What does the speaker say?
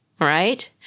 right